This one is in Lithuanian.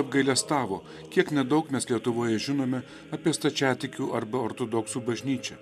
apgailestavo kiek nedaug mes lietuvoje žinome apie stačiatikių arba ortodoksų bažnyčią